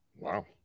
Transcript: wow